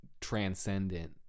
transcendent